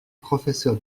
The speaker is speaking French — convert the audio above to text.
professeur